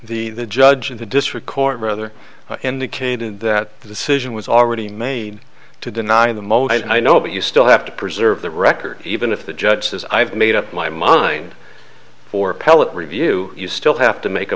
the the judge in the district court rather indicated that the decision was already made to deny the most i know but you still have to preserve the record even if the judge says i've made up my mind for appellate review you still have to make a